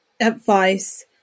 advice